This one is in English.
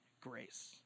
grace